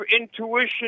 intuition